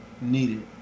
needed